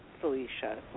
Felicia